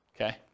okay